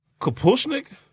Kapushnik